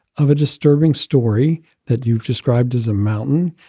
of a disturbing story that you've described as a mountain.